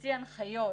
הוציא הנחיות